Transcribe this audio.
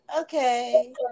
Okay